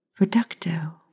Reducto